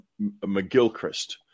McGilchrist